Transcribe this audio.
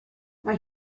mae